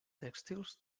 tèxtils